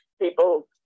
people